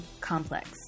complex